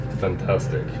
Fantastic